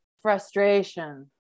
frustration